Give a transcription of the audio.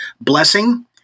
Blessing